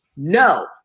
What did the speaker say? No